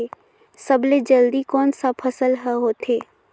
सबले जल्दी कोन सा फसल ह होथे?